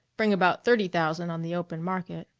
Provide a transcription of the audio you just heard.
bring about thirty thousand on the open market.